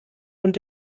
und